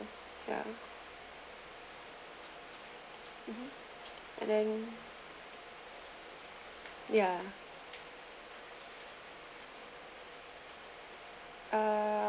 ya and then ya uh